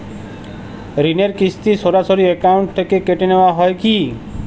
ঋণের কিস্তি সরাসরি অ্যাকাউন্ট থেকে কেটে নেওয়া হয় কি?